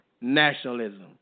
nationalism